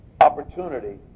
opportunity